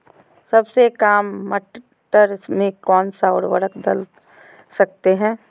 सबसे काम मटर में कौन सा ऊर्वरक दल सकते हैं?